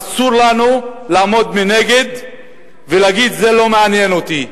אסור לנו לעמוד מנגד ולהגיד: זה לא מעניין אותי.